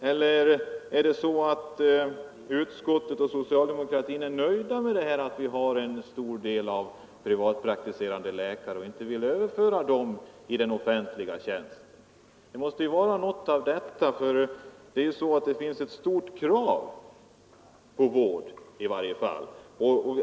Eller är utskottsmajoriteten och socialdemokratin nöjda med att det finns en stor mängd privatpraktiserande läkare och vill inte överföra dem i offentlig tjänst? Något av detta måste vara herr Karlssons motivering, för det föreligger i varje fall ett starkt krav på vård.